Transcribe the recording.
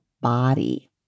body